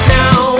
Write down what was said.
now